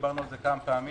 דיברנו עת זה כמה פעמים.